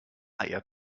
eier